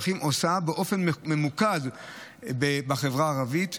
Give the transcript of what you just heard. הדרכים עושה באופן ממוקד בחברה הערבית,